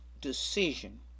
decision